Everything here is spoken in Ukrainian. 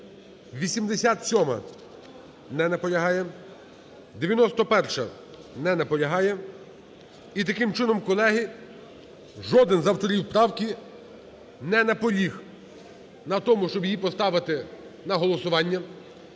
87-а. Не наполягає. 91-а. Не наполягає. І таким чином колеги жоден з авторів правки не наполіг на тому, щоб її поставити на голосування.